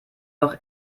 noch